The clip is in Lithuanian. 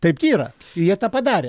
taip yra jie tą padarė